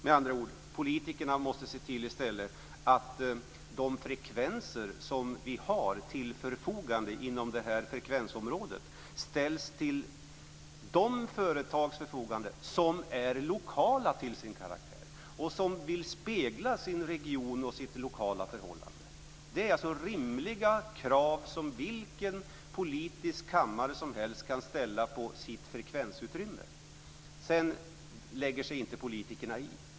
Med andra ord måste politikerna i stället se till att de frekvenser som vi har till förfogande inom detta frekvensområde ställs till de företags förfogande som är lokala till sin karaktär och som vill spegla sin region och sitt lokala förhållande. Det är alltså rimliga krav som vilken politisk kammare som helst kan ställa på sitt frekvensutrymme. Sedan lägger sig inte politikerna i.